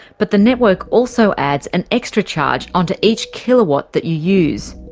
but the network also adds an extra charge onto each kilowatt that you use.